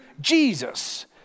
Jesus